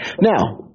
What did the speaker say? Now